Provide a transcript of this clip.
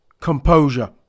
Composure